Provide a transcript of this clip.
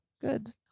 good